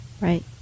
Right